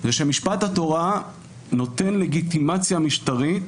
הוא שמשפט התורה נותן לגיטימציה משטרית